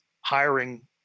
hiring